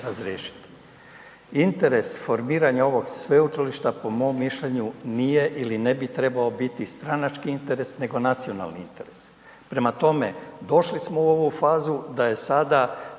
Interes formiranja ovog sveučilišta, po mom mišljenju, nije ili ne bi trebao biti stranački interes nego nacionalni interes. Prema tome, došli smo u ovu fazu da je sada